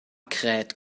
kräht